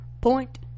point